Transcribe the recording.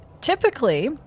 Typically